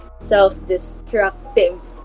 Self-destructive